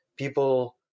People